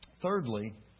Thirdly